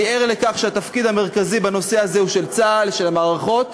אני ער לכך שהתפקיד המרכזי בנושא הזה הוא של צה"ל ושל המערכות,